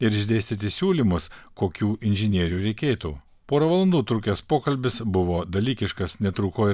ir išdėstyti siūlymus kokių inžinierių reikėtų porą valandų trukęs pokalbis buvo dalykiškas netrūko ir